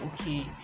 okay